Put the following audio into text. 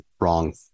wrong